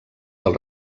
del